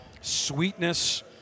sweetness